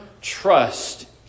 trust